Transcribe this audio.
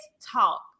talk